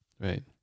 Right